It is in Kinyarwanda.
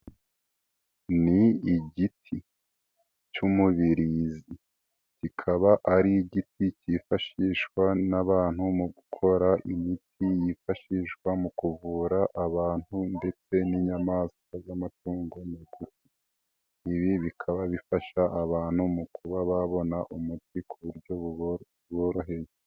Ni igiti cy'umubiri kikaba ari igiti cyifashishwa n'abantu mu gukora imiti yifashishwa mu kuvura abantu ndetse n'inyamaswa z'amatungo, ibi bikaba bifasha abantu mu kuba babona umuti ku buryo boroheye.